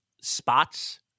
spots